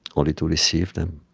only to receive them